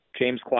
James